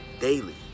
daily